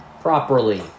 properly